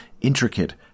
intricate